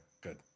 good